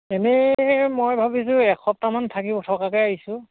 এনেই মই ভাবিছোঁ এসপ্তাহমান থাকিম থকাকৈ আহিছোঁ